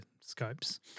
scopes